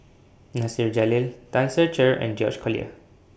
Nasir Jalil Tan Ser Cher and George Collyer